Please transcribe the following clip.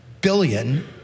billion